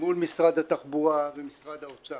מול משרד התחבורה ומשרד האוצר.